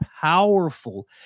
powerful